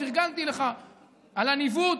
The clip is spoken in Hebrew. פרגנתי לך על הניווט.